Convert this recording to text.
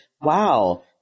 wow